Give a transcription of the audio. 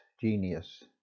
genius